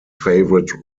favorite